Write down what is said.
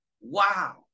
wow